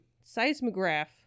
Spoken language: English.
seismograph